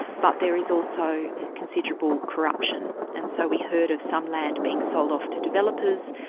but there is also considerable corruption. and so we heard of some land being sold off to developers,